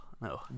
No